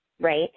right